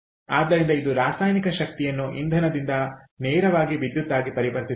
ಆದ್ದರಿಂದ ಇದು ರಾಸಾಯನಿಕ ಶಕ್ತಿಯನ್ನು ಇಂಧನದಿಂದ ನೇರವಾಗಿ ವಿದ್ಯುತ್ ಆಗಿ ಪರಿವರ್ತಿಸುವುದು